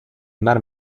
mar